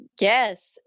Yes